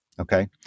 Okay